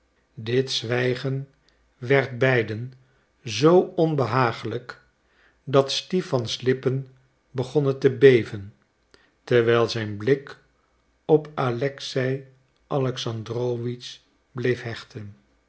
dit zwijgen werd beiden zoo onbehagelijk dat stipans lippen begonnen te beven terwijl zijn blik op alexei alexandrowitsch bleef hechten